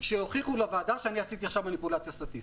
שיוכיחו לוועדה שעשיתי מניפולציה סטטיסטית,